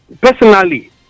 personally